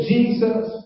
Jesus